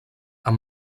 amb